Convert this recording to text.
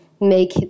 make